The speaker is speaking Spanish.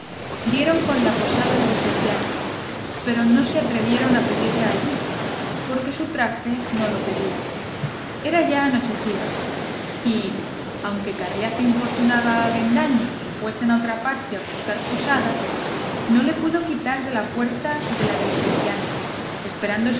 del sevillano pero no se atrevieron a pedirla allí porque su traje no lo pedía era ya anochecido y aunque carriazo importunaba a avendaño que fuesen a otra parte a buscar posada no le pudo quitar de la puerta de la del sevillano esperando